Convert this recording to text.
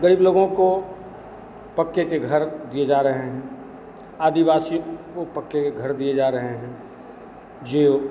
गरीब लोगों को पक्के के घर दिए जा रहे हैं आदिवासियों को पक्के के घर दिए जा रहे हैं जो